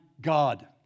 God